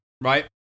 right